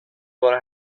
vara